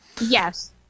Yes